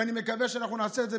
ואני מקווה שאנחנו נעשה את זה,